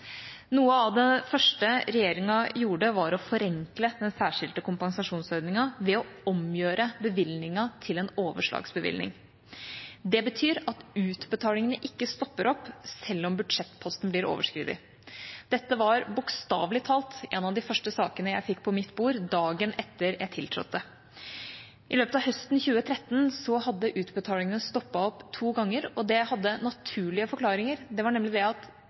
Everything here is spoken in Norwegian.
Noe av det første regjeringa gjorde, var å forenkle den særskilte kompensasjonsordningen ved å omgjøre bevilgningen til en overslagsbevilgning. Det betyr at utbetalingene ikke stopper opp selv om budsjettposten blir overskredet. Dette var, bokstavelig talt, en av de første sakene jeg fikk på mitt bord, dagen etter at jeg tiltrådte. I løpet av høsten 2013 hadde utbetalingene stoppet opp to ganger, og det hadde naturlige forklaringer. Det var nemlig